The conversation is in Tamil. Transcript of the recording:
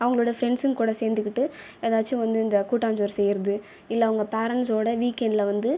அவங்களோட ஃபிரெண்ட்ஸுங்கள் கூட சேர்ந்துக்கிட்டு ஏதாச்சும் வந்து இந்த கூட்டாஞ்சோறு செய்கிறது இல்லை அவங்க பேரெண்ட்ஸோடு வீகென்ட்டில் வந்து